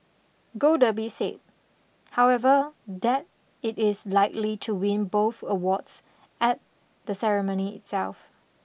Gold Derby said however that it is likely to win both awards at the ceremony itself